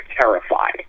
terrified